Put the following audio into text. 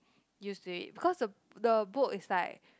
use to it because the the book is like